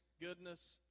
goodness